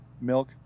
milk